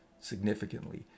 significantly